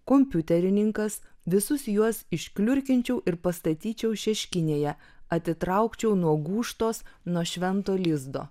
kompiuterininkas visus juos iškliurkinčiau ir pastatyčiau šeškinėje atitraukčiau nuo gūžtos nuo švento lizdo